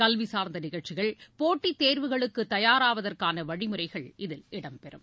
கல்வி சார்ந்த நிகழ்ச்சிகள் போட்டி தேர்வுகளுக்கு தயாராவதற்கான வழிமுறைகள் இதில் இடம் பெறும்